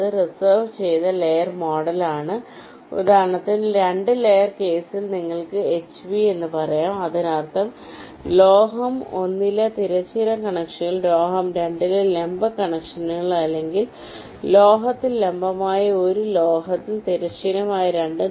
അത് റിസർവ് ചെയ്ത ലെയർ മോഡലാണ് ഉദാഹരണത്തിന് 2 ലെയർ കേസിൽ നിങ്ങൾക്ക് HV എന്ന് പറയാം അതിനർത്ഥം ലോഹം 1 ലെ തിരശ്ചീന കണക്ഷനുകൾ ലോഹം 2 ലെ ലംബ കണക്ഷനുകൾ അല്ലെങ്കിൽ ലോഹത്തിൽ ലംബമായ 1 ലോഹത്തിൽ തിരശ്ചീനമായ 2